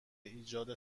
ایجاد